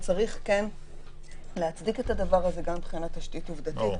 צריך להצדיק את הדבר הזה גם מבחינת תשתית עובדתית,